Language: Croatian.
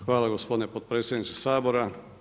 Hvala gospodine potpredsjedniče Sabora.